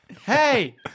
Hey